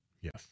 Yes